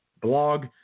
blog